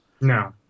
No